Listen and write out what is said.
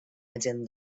agent